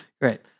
Great